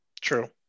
True